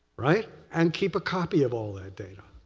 right? and keep a copy of all that data.